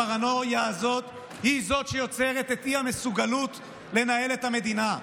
הפרנויה הזאת היא שיוצרת את אי-המסוגלות לנהל את המדינה.